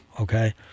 okay